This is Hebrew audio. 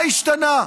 מה השתנה?